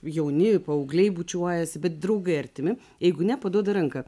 jauni paaugliai bučiuojasi bet draugai artimi jeigu ne paduoda ranką